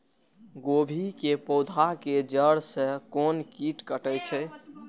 गोभी के पोधा के जड़ से कोन कीट कटे छे?